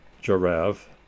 Giraffe